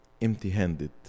empty-handed